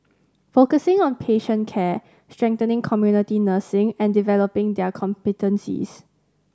focusing on patient care strengthening community nursing and developing their competencies